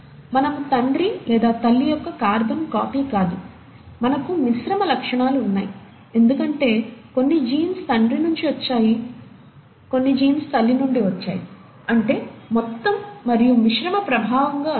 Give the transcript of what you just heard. మనము తండ్రి లేదా తల్లి యొక్క కార్బన్ కాపీ కాదు మనకు మిశ్రమ లక్షణాలు ఉన్నాయి ఎందుకంటే కొన్ని జీన్స్ తండ్రి నించి వచ్చాయి కొన్ని జీన్స్ తల్లి నుండి వచ్చాయి అంటే మొత్తం మరియు మిశ్రమ ప్రభావంగా వచ్చాయి